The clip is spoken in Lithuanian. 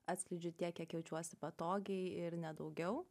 atskleidžiu tiek jaučiuosi patogiai ir ne daugiau